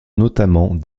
notamment